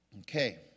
Okay